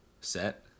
set